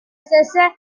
stesse